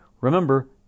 Remember